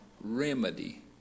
Remedy